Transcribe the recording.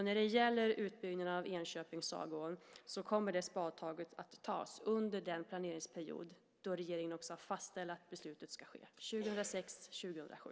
När det gäller utbyggnaden i fråga om Enköping-Sagån kommer det spadtaget att tas under den planeringsperiod då regeringen också har beslutet att det ska ske, 2006-2007.